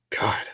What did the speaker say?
God